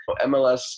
MLS